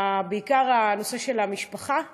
בעיקר הנושא של המשפחה,